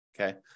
Okay